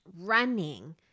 running